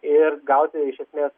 ir gauti iš esmės